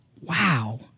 Wow